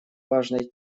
важной